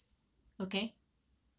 okay